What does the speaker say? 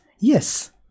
Yes